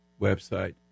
website